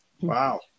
Wow